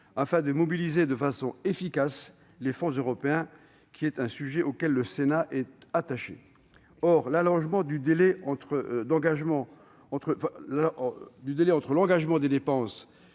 afin de mobiliser de façon efficace les fonds européens, sujet auquel le Sénat est attaché. Or l'allongement du délai entre l'engagement des dépenses